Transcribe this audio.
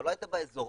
לא היית באזור,